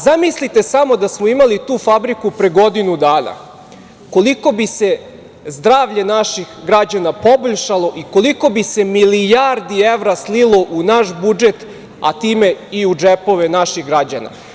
Zamislite samo da smo imali tu fabriku pre godinu dana koliko bi se zdravlje naših građana poboljšalo i koliko bi se milijardi evra slilo u naš budžet, a time i u džepove naših građana.